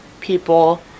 people